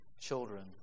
children